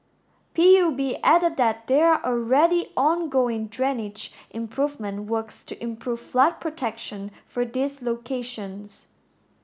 P U B added that there are already ongoing drainage improvement works to improve flood protection for these locations